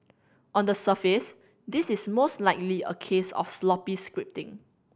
on the surface this is most likely a case of sloppy scripting